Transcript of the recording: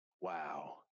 wow